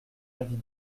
avis